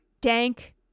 dank